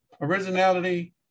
originality